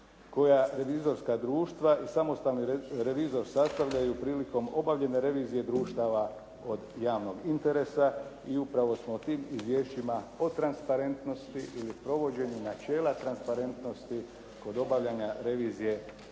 koja revizorska društva i samostalni revizor sastavljaju prilikom obavljene revizije društava od javnog interesa i upravo smo o tim izvješćima o transparentnosti ili provođenju načela transparentnosti kod obavljanja revizije imali